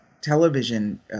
television